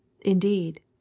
Indeed